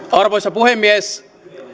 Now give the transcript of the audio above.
arvoisa puhemies